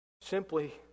Simply